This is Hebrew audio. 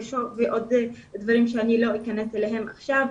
הבושה ועוד דברים שלא אכנס אליהם עכשיו.